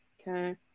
Okay